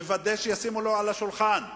מוודא שישימו לו על השולחן פעמיים,